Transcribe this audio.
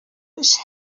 بشه